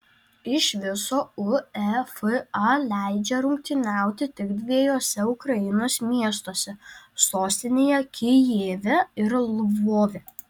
iš viso uefa leidžia rungtyniauti tik dviejuose ukrainos miestuose sostinėje kijeve ir lvove